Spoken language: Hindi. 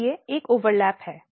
इसलिए एक ओवरलैप है